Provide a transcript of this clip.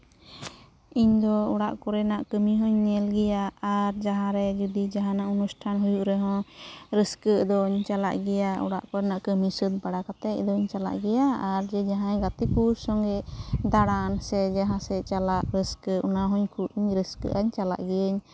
ᱤᱧᱫᱚ ᱚᱲᱟᱜ ᱠᱚᱨᱮᱱᱟᱜ ᱠᱟᱹᱢᱤ ᱦᱚᱸᱧ ᱧᱮᱞ ᱜᱮᱭᱟ ᱟᱨ ᱡᱟᱦᱟᱸ ᱨᱮ ᱡᱚᱫᱤ ᱡᱟᱦᱟᱱᱟᱜ ᱚᱱᱩᱥᱴᱷᱟᱱ ᱦᱩᱭᱩᱜ ᱨᱮᱦᱚᱸ ᱨᱟᱹᱥᱠᱟᱹᱜ ᱫᱚᱧ ᱪᱟᱞᱟᱜ ᱜᱮᱭᱟ ᱚᱲᱟᱜ ᱠᱚᱨᱮᱱᱟᱜ ᱠᱟᱹᱢᱤ ᱥᱟᱹᱛ ᱵᱟᱲᱟ ᱠᱟᱛᱮᱫ ᱫᱚᱧ ᱪᱟᱞᱟᱜ ᱜᱮᱭᱟ ᱟᱨ ᱡᱮ ᱡᱟᱦᱟᱸᱭ ᱜᱟᱛᱮ ᱠᱚ ᱥᱚᱝᱜᱮ ᱫᱟᱬᱟᱱ ᱥᱮ ᱡᱟᱦᱟᱸ ᱥᱮᱜ ᱪᱟᱞᱟᱜ ᱨᱟᱹᱥᱠᱟᱹ ᱚᱱᱟ ᱦᱚᱸᱧ ᱤᱧ ᱨᱟᱹᱥᱠᱟᱹᱜᱼᱟ ᱪᱟᱞᱟᱜ ᱜᱮᱭᱟᱹᱧ